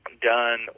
done